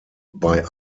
bei